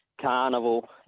Carnival